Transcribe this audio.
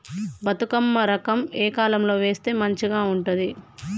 బతుకమ్మ రకం ఏ కాలం లో వేస్తే మంచిగా ఉంటది?